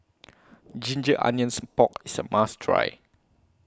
Ginger Onions Pork IS A must Try